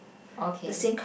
okay